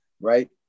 right